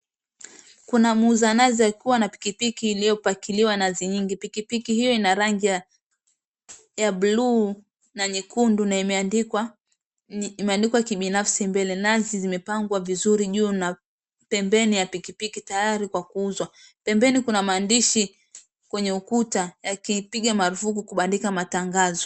Kuna muuza nazi aliye na pikipiki iliyopakiliwa nazi nyingi. Pikipiki hiyo ina rangi ya buluu na nyekundu na imeandikwa kibinafsi mbele. Nazi zimepangwa vizuri juu na pembeni ya pikipiki tayari kwa kuuzwa. Pembeni kuna maandishi kwenye ukuta yakipiga marufuku kubandika matangazo.